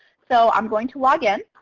so i'm going to log in.